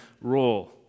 role